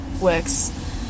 works